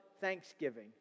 thanksgiving